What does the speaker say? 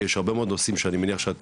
כי יש הרבה מאוד נושאים שאני מניח שאת